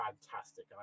fantastic